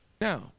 Now